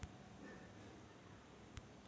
कास्तकाराइले शेतीचं मार्गदर्शन कुठून भेटन?